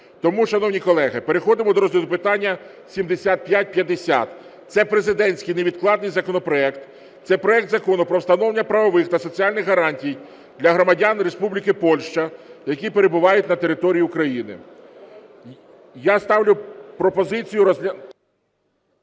Тому, шановні колеги, переходимо до розгляду питання 7550, це президентський невідкладний законопроект. Це проект Закону про встановлення правових та соціальних гарантій для громадян Республіки Польща, які перебувають на території України. Я ставлю пропозицію... Розгляд